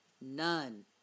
none